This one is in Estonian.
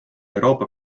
euroopa